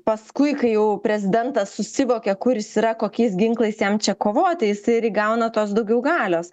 paskui kai jau prezidentas susivokė kur jis yra kokiais ginklais jam čia kovoti jisai ir įgauna tos daugiau galios